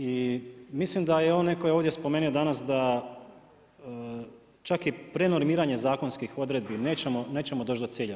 I mislim da je onaj tko je ovdje spomenuo danas da čak i prenormiranje zakonskih odredbi nećemo doći do cilja.